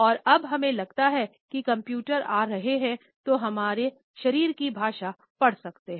और अब हमें लगता है कि कंप्यूटर आ रहे हैं जो हमारे शरीर की भाषा पढ़ सकते हैं